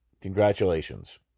Congratulations